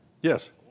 Yes